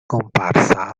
comparsa